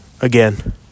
again